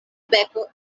beko